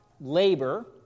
labor